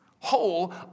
whole